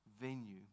venue